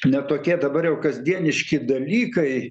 ne tokie dabar jau kasdieniški dalykai